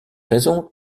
raison